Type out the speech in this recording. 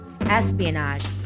espionage